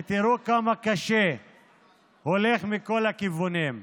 ותראו כמה קשה הולך מכל הכיוונים,